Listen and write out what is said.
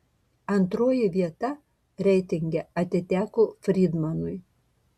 antroji vieta reitinge atiteko frydmanui